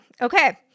okay